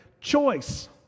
choice